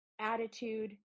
attitude